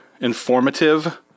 informative